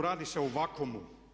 Radi se o vakuumu.